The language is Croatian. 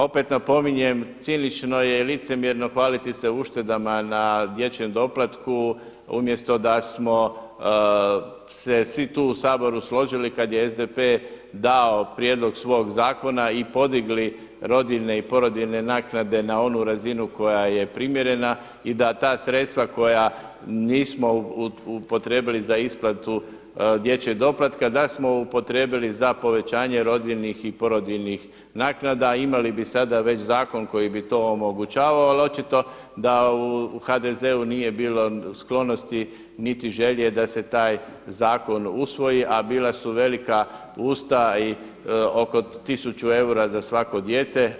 Opet napominjem, cinično i licemjerno hvaliti se uštedama na dječjem doplatku umjesto da smo se svi tu u Saboru složili kada je SDP dao prijedlog svog zakona i podigli rodiljne i porodiljne naknade na onu razinu koja je primjerena i da ta sredstva koja nismo upotrijebili za isplatu dječjeg doplatka da smo upotrijebili za povećanje rodiljnih i porodiljnih naknada, imali bi sada već zakon koji bi to omogućavao, ali očito da u HDZ-u nije bilo sklonosti niti želje da se taj zakon usvoji, a bila su velika usta i oko 100 eura za svako dijete.